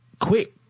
quick